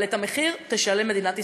אבל את המחיר תשלם מדינת ישראל.